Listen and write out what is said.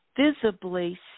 visibly